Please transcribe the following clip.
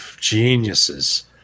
geniuses